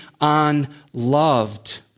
unloved